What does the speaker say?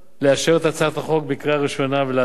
לאשר את הצעת החוק בקריאה ראשונה ולהעבירה